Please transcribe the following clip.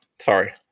Sorry